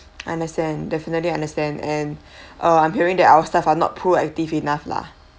understand definitely understand and uh I'm hearing that our staff are not proactive enough lah